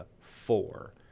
four